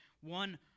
one